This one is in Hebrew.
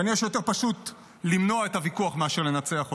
כנראה שיותר פשוט למנוע את הוויכוח מאשר לנצח אותו.